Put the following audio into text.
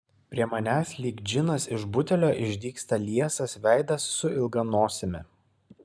prie manęs lyg džinas iš butelio išdygsta liesas veidas su ilga nosimi